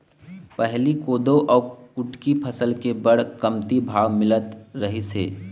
पहिली कोदो अउ कुटकी फसल के बड़ कमती भाव मिलत रहिस हे